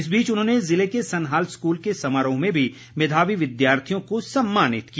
इस बीच उन्होंने ज़िले के सनहाल स्कूल के समारोह में भी मेधावी विद्यार्थियों को सम्मानित किया